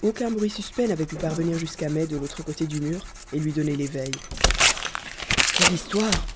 aucun bruit suspect n'avait pu parvenir jusqu'à mai de l'autre côté du mur et lui donner l'éveil quelle histoire